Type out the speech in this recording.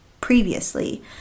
previously